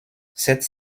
cette